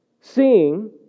Seeing